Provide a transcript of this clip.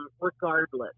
regardless